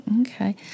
Okay